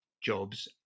jobs